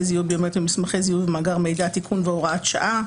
זיהוי ביומטריים במסמכי זיהוי ובמאגר מידע (תיקון והוראת שעה),